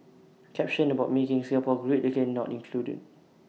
caption about making Singapore great again not included